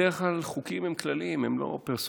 בדרך כלל, חוקים הם כלליים, הם לא פרסונליים.